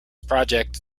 project